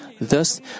Thus